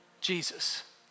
Jesus